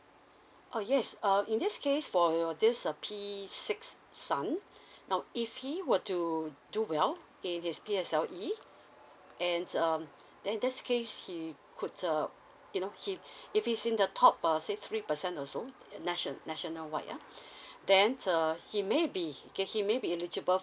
oh yes uh in this case for your this uh P six son now if he were to do well in his P_S_L_E and um then that's case he could uh you know he if he's in the top err said three percent also nation national wide ah then uh he maybe okay he maybe eligible